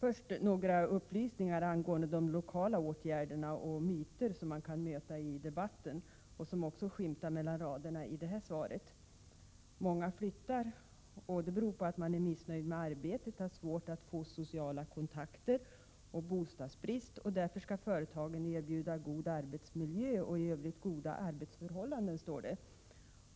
Först några upplysningar angående de lokala åtgärderna och de myter, som man kan möta i debatten och som också skymtar mellan raderna i arbetsmarknadsministerns svar. Många flyttar beroende på att man är missnöjd med arbetet, har svårt att få sociala kontakter och att det råder bostadsbrist, och därför skall företagen erbjuda god arbetsmiljö och i övrigt goda arbetsförhållanden, står det